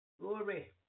glory